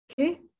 Okay